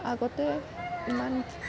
আগতে ইমান